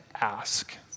ask